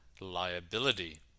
liability